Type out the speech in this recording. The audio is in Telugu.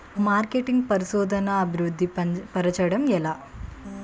మార్కెటింగ్ పరిశోధనదా అభివృద్ధి పరచడం ఎలా